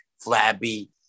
Flabby